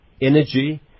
Energy